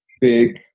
big